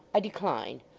i decline.